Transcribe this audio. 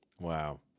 Wow